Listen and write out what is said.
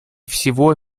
всего